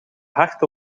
hard